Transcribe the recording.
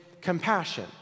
compassion